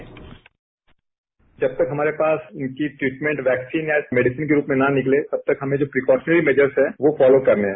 bite जब तक हमारे पास इसकी ट्रिटमेंट वैक्सीन या मेडिसन के रूप में ना निकले तब तक हमें जो प्रिकाशनली मैजर्स हैं वो फॉलो करने हैं